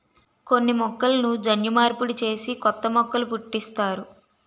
కొన్ని మొక్కలను జన్యు మార్పిడి చేసి కొత్త మొక్కలు పుట్టిస్తారు